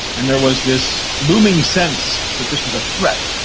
and there was this looming sense that this was a threat,